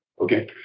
Okay